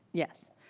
yes.